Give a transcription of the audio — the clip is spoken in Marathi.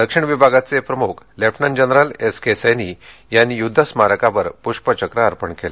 दक्षिण विभागाचे प्रमुख lieutenant general S K Saini यांनी यूद्ध स्मारकावर प्ष्पचक्र अर्पण केलं